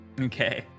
okay